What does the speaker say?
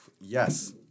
Yes